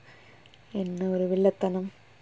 என்ன ஒரு வில்லத்தனம்:enna oru villathanam